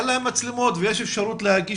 אין להם את המצלמות ויש אפשרות להגיש